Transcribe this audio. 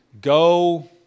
Go